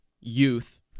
youth